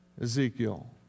Ezekiel